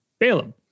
Balaam